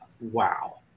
Wow